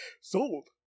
Sold